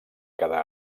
quedar